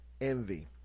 envy